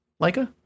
Leica